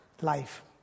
life